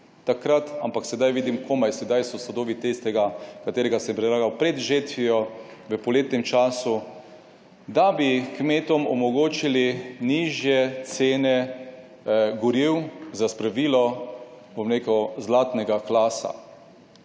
takrat, ampak sedaj vidim, komaj sedaj so sadovi tistega, katerega sem predlagal pred žetvijo v poletnem času, da bi kmetom omogočili nižje cene goriv za spravilo, zlatnega klasa.